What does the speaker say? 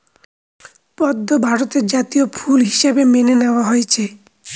পদ্ম ভারতের জাতীয় ফুল হিসাবে মেনে নেওয়া হয়েছে